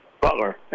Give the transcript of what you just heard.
Butler